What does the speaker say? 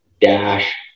dash